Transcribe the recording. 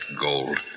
gold